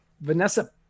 Vanessa